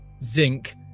Zinc